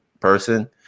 person